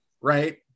right